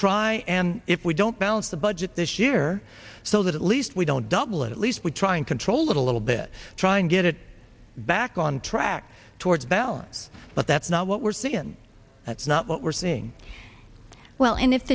try and if we don't balance the budget this year so that at least we don't double it at least we try and control it a little bit try and get it back on track towards balance but that's not what we're seeing in that's not what we're seeing well and if